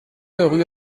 rue